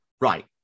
Right